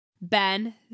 Ben